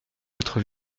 votre